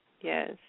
Yes